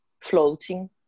floating